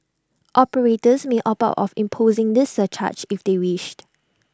operators may opt out of imposing this surcharge if they wished